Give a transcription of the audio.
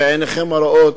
ועיניכם הרואות,